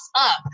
up